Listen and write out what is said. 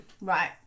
Right